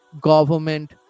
government